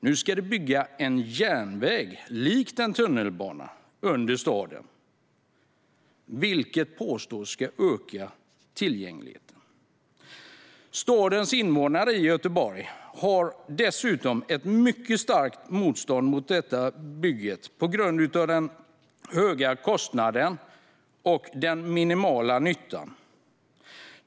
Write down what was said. Nu ska det byggas en järnväg likt en tunnelbana under staden. Det påstås att det ska öka tillgängligheten. Göteborgs invånare har dessutom ett mycket starkt motstånd mot detta bygge på grund av den höga kostnaden och den minimala nyttan.